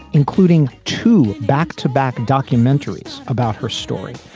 including two back to back documentaries about her story.